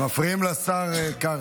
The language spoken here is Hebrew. אתם מפריעים לשר קרעי.